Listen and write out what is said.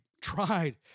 tried